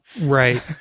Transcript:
right